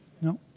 No